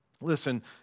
listen